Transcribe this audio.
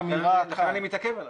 לכן אני מתעכב עליו.